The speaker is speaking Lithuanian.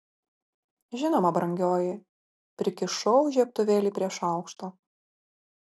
žinoma brangioji prikišau žiebtuvėlį prie šaukšto